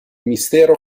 mistero